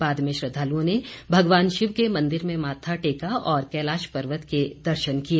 बाद में श्रद्वालुओं ने भगवान शिव के मन्दिर में माथा टेका और कैलाश पर्वत के दर्शन किए